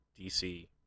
DC